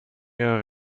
ihrer